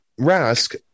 Rask